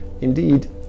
Indeed